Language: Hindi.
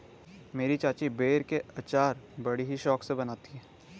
मेरी चाची बेर के अचार बड़ी ही शौक से बनाती है